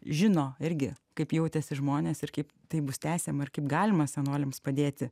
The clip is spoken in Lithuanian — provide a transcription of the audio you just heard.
žino irgi kaip jautėsi žmonės ir kaip tai bus tęsiama ir kaip galima senoliams padėti